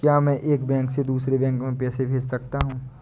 क्या मैं एक बैंक से दूसरे बैंक में पैसे भेज सकता हूँ?